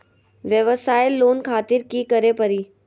वयवसाय लोन खातिर की करे परी?